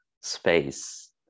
space